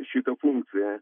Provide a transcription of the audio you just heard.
šitą funkciją